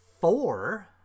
four